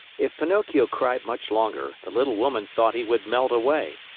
if pinocchio cried much longer, the little woman thought he would melt away,